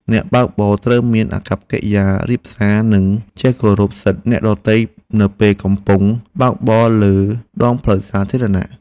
អ្នកបើកបរត្រូវមានអាកប្បកិរិយារាបសារ និងចេះគោរពសិទ្ធិអ្នកដទៃនៅពេលកំពុងបើកបរលើដងផ្លូវសាធារណៈ។